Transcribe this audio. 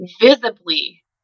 visibly